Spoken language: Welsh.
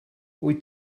wyt